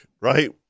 right